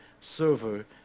server